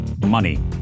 Money